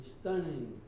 stunning